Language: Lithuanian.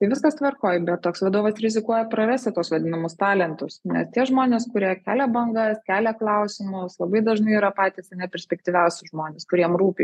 tai viskas tvarkoj bet toks vadovas rizikuoja prarasti tuos vadinamus talentus nes tie žmonės kurie kelia bangas kelia klausimus labai dažnai yra patys ane perspektyviausi žmonės kuriem rūpi